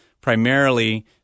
primarily